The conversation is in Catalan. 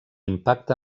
impacte